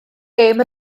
gêm